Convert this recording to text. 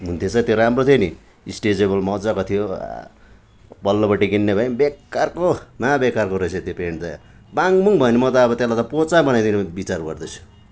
हुने थिएछ त्यो राम्रो थियो नि स्ट्रेचेबल मजाको थियो आ पल्लोपट्टि किन्ने भएँ बेकारको महा बेकारको रहेछ त्यो पेन्ट त बाङबुङ भयो नि म त अब त्यसलाई त पोचा बनाइदिनु बिचार गर्दैछु